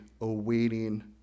awaiting